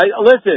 Listen